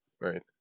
right